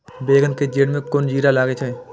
बेंगन के जेड़ में कुन कीरा लागे छै?